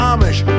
Amish